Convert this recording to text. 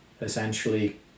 essentially